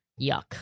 Yuck